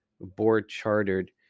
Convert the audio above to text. board-chartered